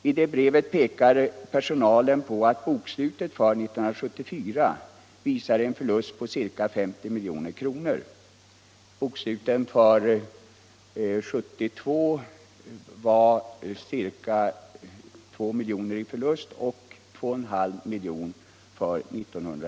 I sitt brev pekar personalen på att bokslutet för 1974 visar en förlust på ca 50 milj.kr. Bokslutet för 1972 visade ca 2 milj.kr. i förlust och för 1973 ca 21/2 milj.kr.